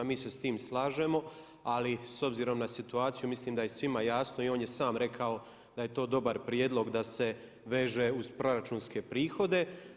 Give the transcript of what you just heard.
Mi se s tim slažemo, ali s obzirom na situaciju mislim da je svima jasno i on je sam rekao da je to dobar prijedlog da se veže uz proračunske prihode.